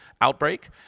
outbreak